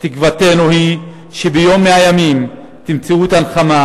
תקוותנו היא שביום מן הימים תמצאו נחמה